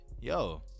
yo